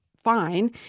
fine